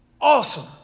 Awesome